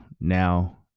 now